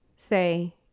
say